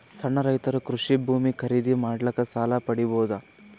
ಸಣ್ಣ ರೈತರು ಕೃಷಿ ಭೂಮಿ ಖರೀದಿ ಮಾಡ್ಲಿಕ್ಕ ಸಾಲ ಪಡಿಬೋದ?